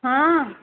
ହଁ